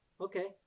okay